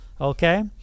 okay